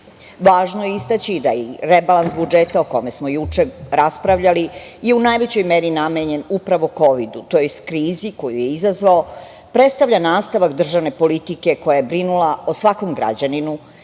je istaći da je rebalans budžeta, o kome smo juče raspravljali, u najvećoj meri namenjen upravo kovidu tj. krizi koju je izazvao predstavlja nastavak državne politike koja je brinula o svakom građaninu